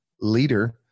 leader